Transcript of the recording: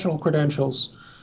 credentials